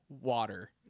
water